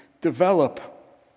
develop